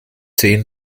zehn